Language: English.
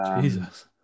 Jesus